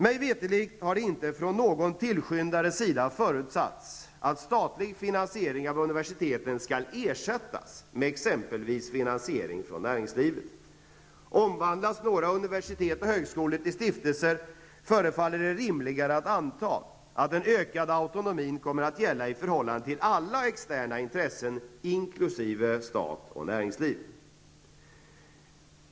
Mig veterligt har det inte från någon tillskyndares sida förutsatts att statlig finansiering av universiteten skall ersättas med exempelvis finansiering från näringslivet. Omvandlas några universitet och högskolor till stiftelser förefaller det rimligare att anta att den ökade autonomin kommer att gälla i förhållande till alla externa intressen, inkl. stat och näringsliv.